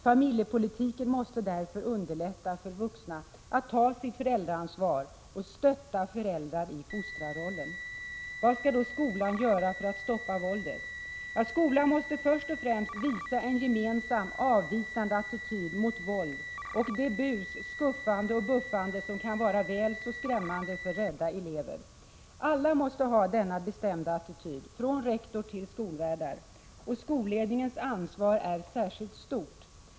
Familjepolitiken måste underlätta för vuxna att ta sitt föräldraansvar, stötta föräldrarna i fostrarrollen. För det första måste skolan visa en gemensam, bestämd attityd mot våld och det bus, skuffande och buffande som kan vara väl så skrämmande för rädda elever. Alla måste ha denna bestämda attityd — från rektor till skolvärdar. Skolledningens ansvar är särskilt stort.